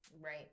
right